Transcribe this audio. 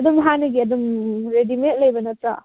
ꯑꯗꯨꯝ ꯍꯥꯟꯅꯒꯤ ꯑꯗꯨꯝ ꯔꯦꯗꯤꯃꯦꯠ ꯂꯩꯕ ꯅꯠꯇ꯭ꯔꯣ